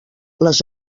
les